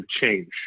change